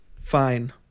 Fine